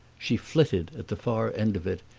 she flitted, at the far end of it,